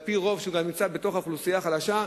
שעל-פי רוב הוא באוכלוסייה החלשה,